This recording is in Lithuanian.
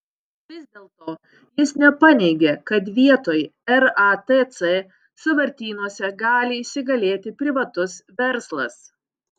vis dėlto jis nepaneigė kad vietoj ratc sąvartynuose gali įsigalėti privatus verslas